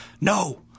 no